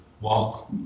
walk